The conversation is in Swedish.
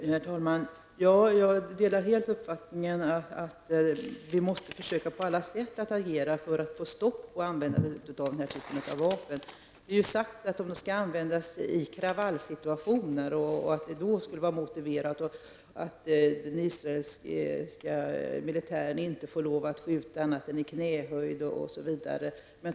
Herr talman! Jag delar helt uppfattningen att vi på alla sätt måste försöka agera för att få stopp för användandet av denna typ av vapen. Det är sagt att de skall användas i kravallsituationer och att det då skulle vara motiverat. Det har vidare sagts att den israeliska militären inte får lov att skjuta annat än i knähöjd osv.